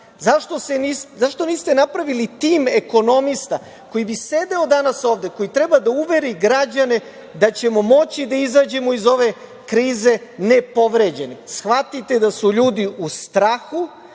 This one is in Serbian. Zašto niste napravili tim ekonomista koji bi sedeo danas ovde, koji bi trebao da uveri građane da ćemo moći da izađemo iz ove krize ne povređeni. Shvatite da su ljudi u strahu